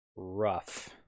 rough